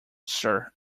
sir